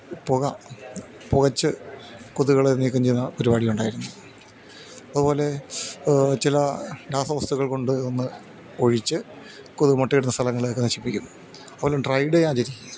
പുക പുകച്ച് കൊതുകുകളെ നീക്കം ചെയ്യുന്ന പരിപാടി ഉണ്ടായിരുന്നു അതുപോലെ ചില രാസ വസ്തുക്കൾ കൊണ്ട് ഒന്ന് ഒഴിച്ച് കൊതുക് മുട്ട ഇടുന്ന സ്ഥലങ്ങളെ ഒക്കെ നശിപ്പിക്കും അതുപോലെ ഡ്രൈ ഡേ ആചരിക്കും